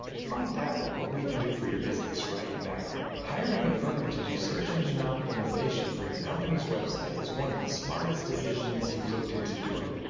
find out what we can do for your business right now. hiring a firm to do search engine optimization for your companies website is one of the smartest decisions you've looked into doing.